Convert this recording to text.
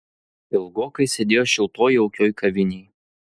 ilgokai sėdėjo šiltoj jaukioj kavinėj